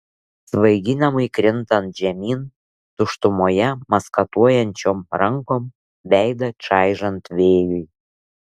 svaiginamai krintant žemyn tuštumoje maskatuojančiom rankom veidą čaižant vėjui